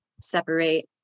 separate